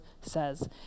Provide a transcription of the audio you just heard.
says